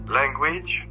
language